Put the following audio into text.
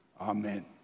amen